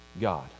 God